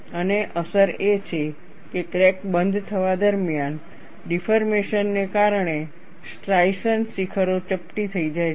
અને અસર એ છે કે ક્રેક ો બંધ થવા દરમિયાન ડિફોર્મેશન ઓને કારણે સ્ટ્રાઇશન શિખરો ચપટી થઈ જાય છે